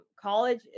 College